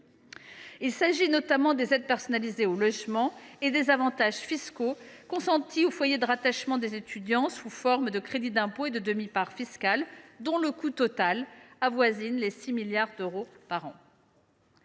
Il s’agit notamment des aides personnalisées au logement et des avantages fiscaux consentis aux foyers de rattachement des étudiants sous forme de crédit d’impôt et de demi part fiscale, dont le coût total avoisine les 6 milliards d’euros par an.